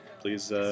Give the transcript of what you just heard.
Please